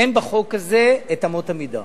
אין בחוק הזה את אמות המידה.